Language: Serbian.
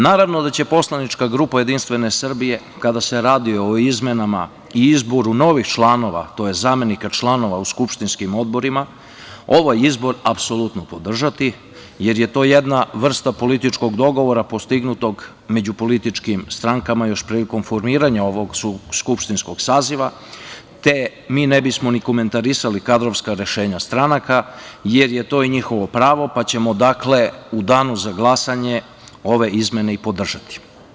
Naravno da će poslanička grupa JS kada se radi o izmenama i izboru novih članova tj. zamenika članova u skupštinskim odborima, ovaj izbor apsolutno podržati, jer je to jedna vrsta političkog dogovora postignutog među političkim strankama još prilikom formiranja ovog skupštinskog saziva, te mi ne bismo ni komentarisali kadrovska rešenja stranaka, jer je to i njihovo pravo, pa ćemo u danu za glasanje ove izmene podržati.